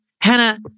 Hannah